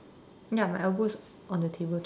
ya my elbow's on the table too